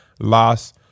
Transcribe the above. loss